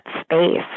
space